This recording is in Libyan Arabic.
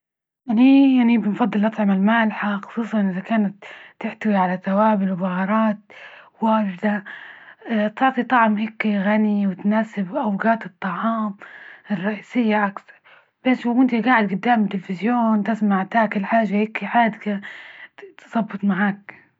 أني- أنى بنفضل الأطعمة المالحة، خصوصا إذا كانت تحتوي على توابل وبهارات واجدة تعطي طعم هيكى غني، وتناسب أوجات الطعام الرئيسية أكثر، بش وإنتى جاعدة جدام التلفزيون تسمع تاكل حاجة هيكي حادجه تزبط معاك.